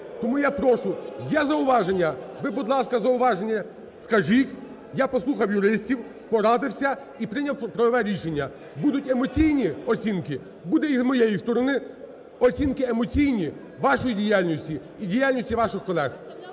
Тому я прошу, є зауваження, ви будь ласка, зауваження скажіть. Я послухав юристів, порадився і прийняв правове рішення. Будуть емоційні оцінки, будуть і з моєї сторони оцінки емоційні вашої діяльності і діяльності ваших колег.